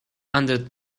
under